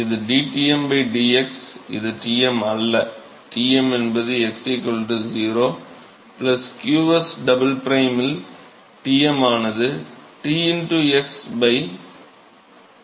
இது dTm dx இது Tm அல்ல Tm என்பது x 0 qs double prime இல் Tm ஆனது T x ṁ